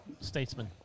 Statesman